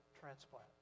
transplant